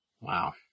Wow